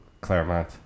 Claremont